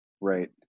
Right